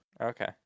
Okay